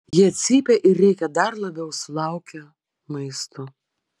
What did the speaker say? jie cypia ir rėkia dar labiau sulaukę maisto